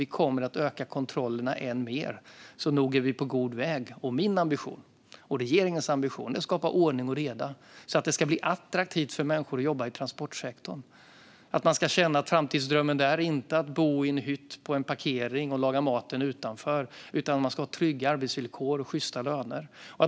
Vi kommer att öka kontrollerna än mer. Så nog är vi på god väg. Min och regeringens ambition är att skapa ordning och reda så att det ska bli attraktivt för människor att jobba i transportsektorn. Man ska känna att framtidsdrömmen inte är att bo i en hytt på en parkering och laga maten utanför utan trygga arbetsvillkor och sjysta löner.